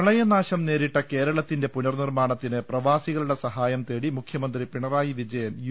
പ്രളയനാശം നേരിട്ട കേരളത്തിന്റെ പുനർനിർമാണത്തിന് പ്രവാസികളുടെ സഹായംതേടി മുഖ്യമന്ത്രി പിണറായി വിജയൻ യു